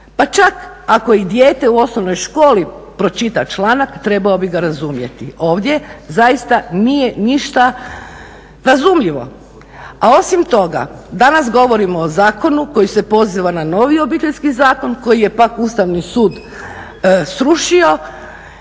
pa čak ako i dijete u osnovnoj školi pročita članak trebao bi ga razumjeti. Ovdje zaista nije ništa razumljivo. A osim toga danas govorimo o zakonu koji se poziva na novi Obiteljski zakon koji je pak Ustavni sud srušio